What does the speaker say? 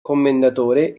commendatore